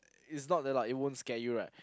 it's not that loud it won't scare you right